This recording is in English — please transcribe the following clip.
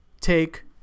take